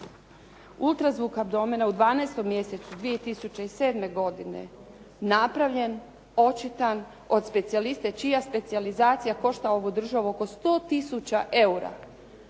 Ultrazvuk abdomena u 12. mjesecu 2007. godine napravljen, očitan od specijaliste čija specijalizacija košta ovu državu oko 100000 eura.